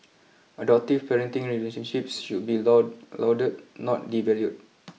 adoptive parenting relationships should be lauded not devalued